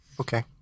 okay